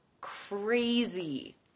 crazy